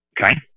Okay